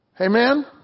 Amen